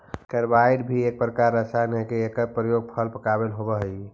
carbide भी एक रसायन हई एकर प्रयोग फल के पकावे होवऽ हई